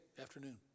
afternoon